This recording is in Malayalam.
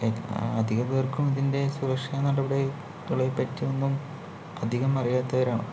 അധിക പേർക്കും ഇതിൻ്റെ സുരക്ഷാ നടപടികളെപ്പറ്റിയൊന്നും അധികം അറിയാത്തവരാണ്